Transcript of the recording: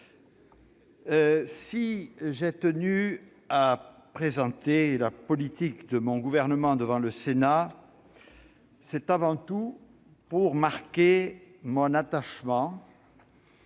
Si j'ai tenu à présenter la politique de mon gouvernement devant le Sénat, c'est avant tout pour marquer mon attachement